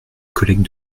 collègues